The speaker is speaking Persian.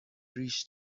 ریش